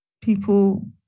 people